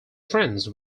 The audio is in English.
friends